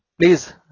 please